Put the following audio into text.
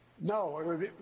No